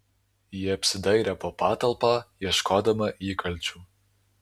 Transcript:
ji apsidairė po patalpą ieškodama įkalčių